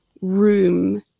room